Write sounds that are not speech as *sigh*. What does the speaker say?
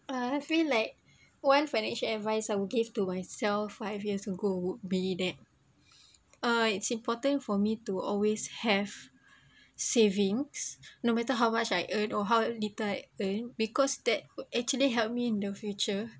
ah I feel like one financial advice I would give to myself five years ago would be that *breath* uh it's important for me to always have savings no matter how much I earn or how little I earn because that will actually help me in the future